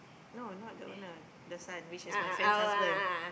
no not the owner the son which is my friend's husband